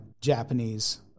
Japanese